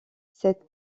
cette